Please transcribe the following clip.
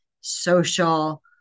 social